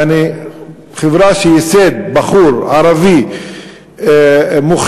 יעני, חברה שייסד בחור ערבי מוכשר.